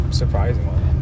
surprisingly